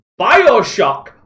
Bioshock